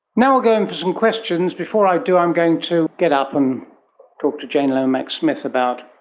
now we'll go in for some questions. before i do i'm going to get up and talk to jane lomax-smith about,